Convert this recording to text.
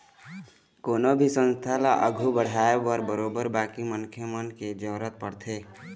कोनो भी संस्था ल आघू बढ़ाय बर बरोबर बाकी मनखे मन के जरुरत पड़थे